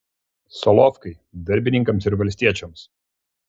solovkai darbininkams ir valstiečiams